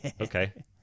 Okay